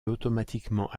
automatiquement